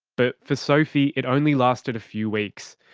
but for sophie it only lasted a few weeks.